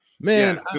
man